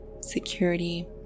security